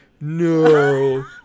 no